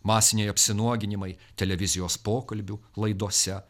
masiniai apsinuoginimai televizijos pokalbių laidose